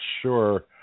sure